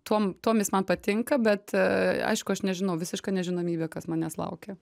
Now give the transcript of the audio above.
tuom tuom jis man patinka bet a aišku aš nežinau visiška nežinomybė kas manęs laukia